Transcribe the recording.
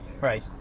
Right